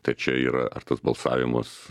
tai čia yra ar tas balsavimas